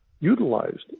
utilized